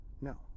No